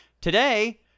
Today